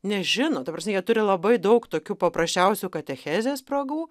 nežino ta prasme jie turi labai daug tokių paprasčiausių katechezės spragų